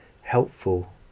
helpful